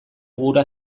gura